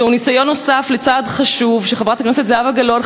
זהו ניסיון נוסף לצעוד צעד חשוב שחברי הכנסת זהבה גלאון,